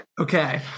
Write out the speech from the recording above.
Okay